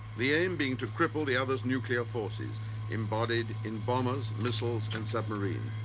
the aim being to cripple the other's nuclear forces embodied in bombers, missiles and submarines.